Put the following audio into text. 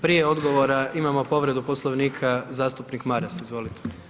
Prije odgovora imamo povredu Poslovnika, zastupnik Maras izvolite.